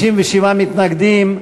57 מתנגדים,